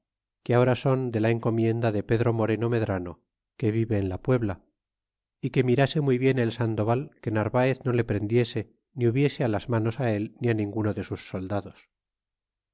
que ahora son de la encomienda de pedro moreno medran que vive en la puebla é que mirase muy bien el sandoval que narvaez no le prendiese ni hubiese las manos el ni ninguno de sus soldados